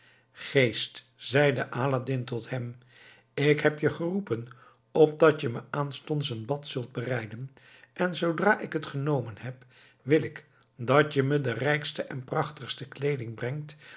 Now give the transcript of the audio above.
geest zei aladdin tot hem ik heb je geroepen opdat je me aanstonds een bad zult bereiden en zoodra ik het genomen heb wil ik dat je me de rijkste en prachtigste kleeding brengt